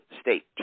state